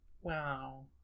Wow